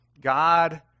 God